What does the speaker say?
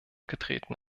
getreten